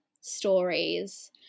stories